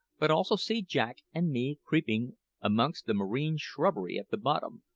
but also see jack and me creeping amongst the marine shrubbery at the bottom,